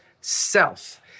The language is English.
self